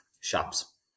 shops